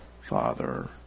Father